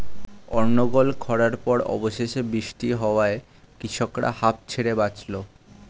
অনর্গল খড়ার পর অবশেষে বৃষ্টি হওয়ায় কৃষকরা হাঁফ ছেড়ে বাঁচল